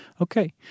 Okay